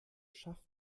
schafft